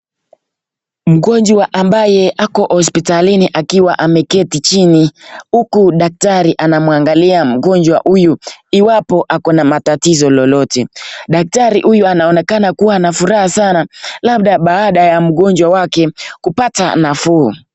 Mgonjwa ambaye ako hospitalini akiwa ameketi chini uku daktari anamwangalia mgonjwa huyu iwapo akona matatizo lolote. Daktari huyu anaonekana kuwa na furaha sana labda baada ya mgonjwa wake kupata nafuu.